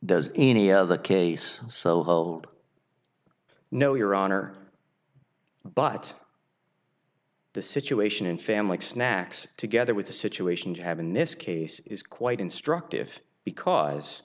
does any of the case so hold no your honor but the situation in family snacks together with the situation you have in this case is quite instructive because